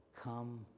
come